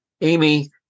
Amy